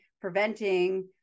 preventing